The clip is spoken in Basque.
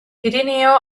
pirinio